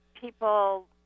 People